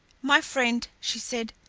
my friend, she said,